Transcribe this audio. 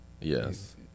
yes